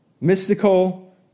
mystical